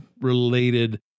related